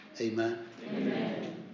Amen